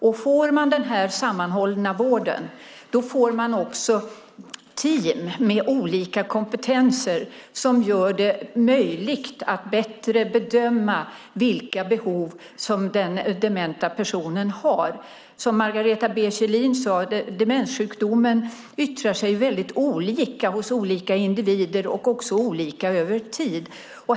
Om vi får den sammanhållna vården får vi också team med olika kompetenser som gör det möjligt att bättre bedöma vilka behov den dementa personen har. Som Margareta B Kjellin sade yttrar sig demenssjukdomen väldigt olika hos skilda individer och är även olika över tid.